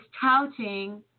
touting